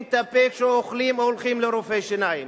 את הפה כשאוכלים או כשהולכים לרופא שיניים.